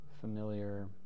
familiar